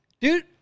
Dude